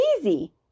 easy